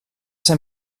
ser